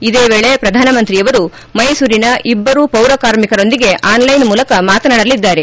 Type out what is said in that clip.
ಇದೇ ವೇಳಿ ಪ್ರಧಾನಮಂತ್ರಿಯವರು ಮೈಸೂರಿನ ಇಬ್ಬರು ಪೌರಕಾರ್ಮಿಕರೊಂದಿಗೆ ಆನ್ಲೈನ್ ಮೂಲಕ ಮಾತನಾಡಲಿದ್ದಾರೆ